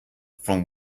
from